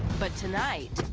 but tonight,